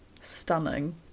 Stunning